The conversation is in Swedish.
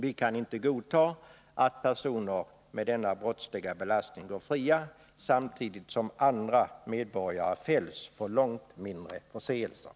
Vi kan inte godta att personer med denna brottsliga belastning går fria samtidigt som andra medborgare fälls för långt mindre förseelser.